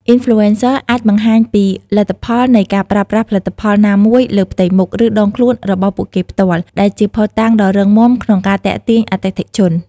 អុីនផ្លូអេនសឹ អាចបង្ហាញពីលទ្ធផលនៃការប្រើប្រាស់ផលិតផលណាមួយលើផ្ទៃមុខ ឬដងខ្លួនរបស់ពួកគេផ្ទាល់ ដែលជាភស្តុតាងដ៏រឹងមាំក្នុងការទាក់ទាញអតិថិជន។